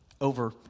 over